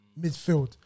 midfield